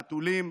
חתולים,